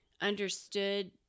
understood